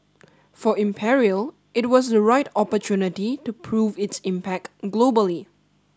for Imperial it was the right opportunity to prove its impact globally